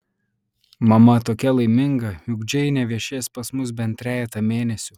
mama tokia laiminga juk džeinė viešės pas mus bent trejetą mėnesių